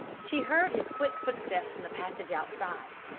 she heard his quick footsteps in the passage outside,